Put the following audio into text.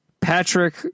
Patrick